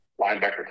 linebacker